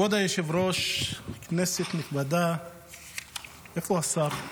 כבוד היושב-ראש, כנסת נכבדה, איפה השר?